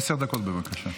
עשר דקות, בבקשה.